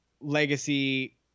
legacy